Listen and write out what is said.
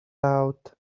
out